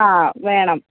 ആ വേണം